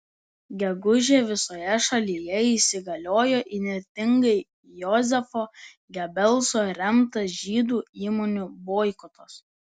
gegužę visoje šalyje įsigaliojo įnirtingai jozefo gebelso remtas žydų įmonių boikotas